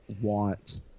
want